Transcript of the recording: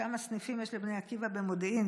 כמה סניפים יש לבני עקיבא במודיעין,